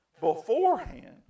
beforehand